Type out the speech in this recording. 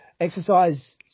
exercise